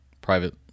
private